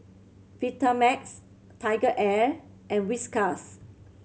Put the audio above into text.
Vitamix TigerAir and Whiskas